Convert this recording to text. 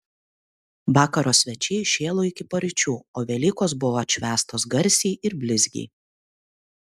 vakaro svečiai šėlo iki paryčių o velykos buvo atšvęstos garsiai ir blizgiai